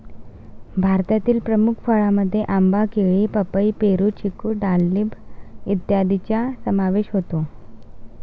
भारतातील प्रमुख फळांमध्ये आंबा, केळी, पपई, पेरू, चिकू डाळिंब इत्यादींचा समावेश होतो